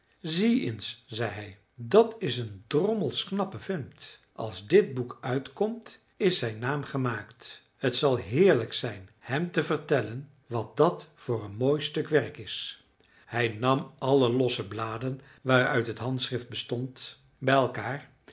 zie eens zei hij dat is een drommelsch knappe vent als dit boek uitkomt is zijn naam gemaakt t zal heerlijk zijn hem te vertellen wat dat voor een mooi stuk werk is hij nam alle losse bladen waaruit het handschrift bestond bij elkaar